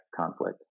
conflict